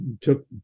took